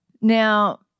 Now